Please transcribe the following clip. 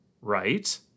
Right